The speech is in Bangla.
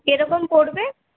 ও কি রকম পড়বে